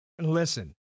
Listen